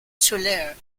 tulare